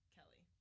Kelly